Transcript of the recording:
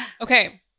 Okay